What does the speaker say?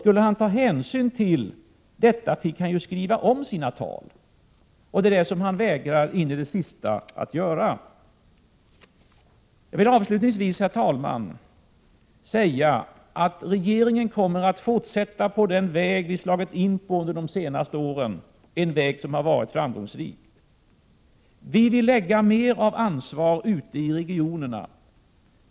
Skulle han ta hänsyn till dessa framgångar finge han ju skriva om sina tal, och det vägrar han in i det sista att göra. Jag vill avslutningsvis, herr talman, säga att regeringen kommer att fortsätta på den väg som den har slagit in på de senaste åren, en väg som har varit framgångsrik. Vi vill lägga mer ansvar ute i regionerna.